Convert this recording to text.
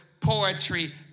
poetry